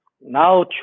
now